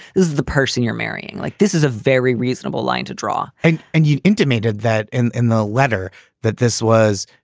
is the person you're marrying. like this is a very reasonable line to draw and and you intimated that in in the letter that this was,